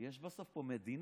יש פה בסוף מדינה,